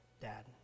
dad